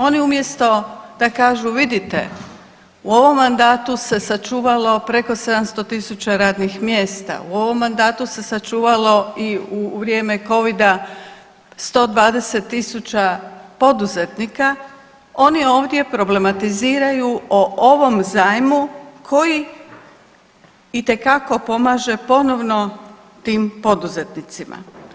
Oni umjesto da kažu vidite u ovom mandatu se sačuvalo preko 700.000 radnih mjesta, u ovom mandatu se sačuvalo i u vrijeme Covida 120.000 poduzetnika oni ovdje problematiziraju o ovom zajmu koji itekako pomaže ponovno tim poduzetnicima.